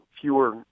fewer